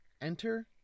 Enter